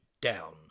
down